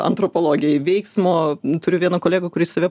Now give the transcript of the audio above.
antropologijai veiksmo turiu vieną kolegą kuris save